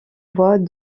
bois